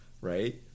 right